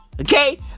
Okay